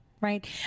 right